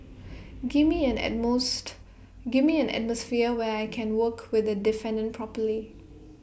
give me an and most give me an atmosphere where I can work with the defendant properly